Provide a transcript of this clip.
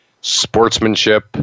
sportsmanship